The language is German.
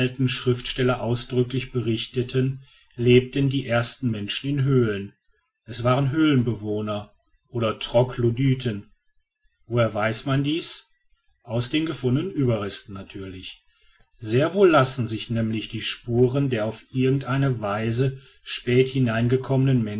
schriftsteller ausdrücklich berichten lebten die ersten menschen in höhlen es waren höhlenbewohner oder troglodyten woher weiß man dies aus den gefundenen überresten natürlich sehr wohl lassen sich nämlich die spuren der auf irgend eine weise später hineingekommenen